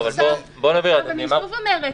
אני שוב אומרת,